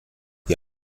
die